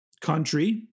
country